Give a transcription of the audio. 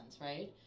right